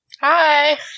Hi